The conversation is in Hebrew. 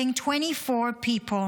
killing 24 people,